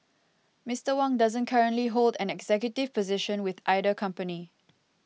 Mister Wang doesn't currently hold an executive position with either company